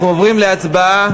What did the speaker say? אנחנו עוברים להצבעה